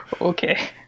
okay